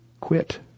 quit